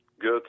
good